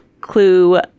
clue